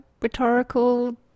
rhetorical